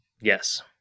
Yes